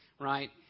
right